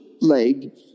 leg